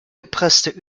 gepresste